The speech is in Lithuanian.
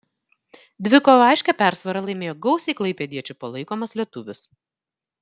dvikovą aiškia persvara laimėjo gausiai klaipėdiečių palaikomas lietuvis